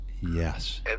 Yes